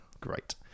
great